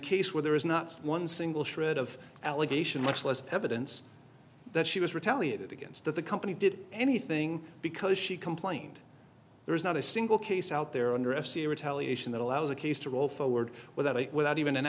case where there is not one single shred of allegation much less her but hints that she was retaliated against that the company did anything because she complained there is not a single case out there under f c c retaliation that allows a case to roll forward without it without even an